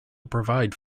provide